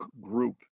group